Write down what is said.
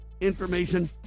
information